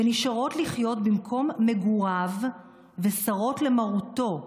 ונשארות לחיות במקום מגוריו וסרות למרותו,